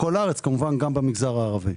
בכל הארץ - גם במגזר הערבי.